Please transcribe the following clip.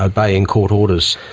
obeying court orders.